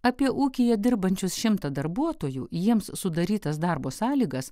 apie ūkyje dirbančius šimtą darbuotojų jiems sudarytas darbo sąlygas